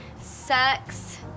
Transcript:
sex